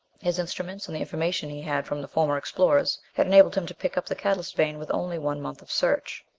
his instruments, and the information he had from the former explorers, had enabled him to pick up the catalyst vein with only one month of search.